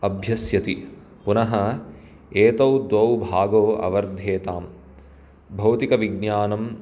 अभ्यस्यति पुनः एतौ द्वौ भागौ अवर्धेतां भौतिकविज्ञानं